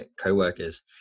coworkers